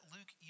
Luke